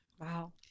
Wow